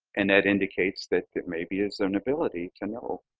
and that indicates that that maybe its own ability to know